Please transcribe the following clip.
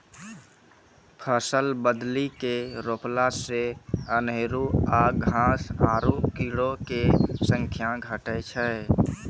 फसल बदली के रोपला से अनेरूआ घास आरु कीड़ो के संख्या घटै छै